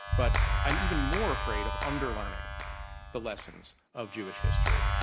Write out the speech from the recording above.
but i'm even more afraid of underlearning the lessons of jewish history.